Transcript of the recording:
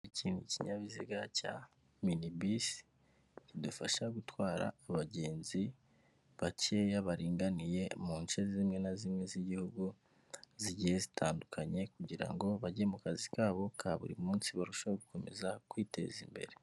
Iki ni ikinyabiziga cya minibisi kidufasha gutwara abagenzi bakeya baringaniye mu nce zimwe na zimwe z'igihugu zigiye zitandukanye kugira ngo bage mu kazi kabo ka buri munsi barusheho gukomeza kwiteza imbere.